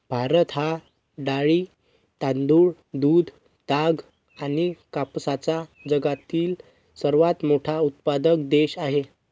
भारत हा डाळी, तांदूळ, दूध, ताग आणि कापसाचा जगातील सर्वात मोठा उत्पादक देश आहे